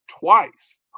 twice